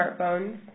smartphones